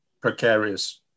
precarious